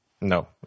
no